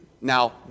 now